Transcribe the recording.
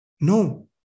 No